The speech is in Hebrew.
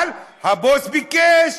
אבל הבוס ביקש.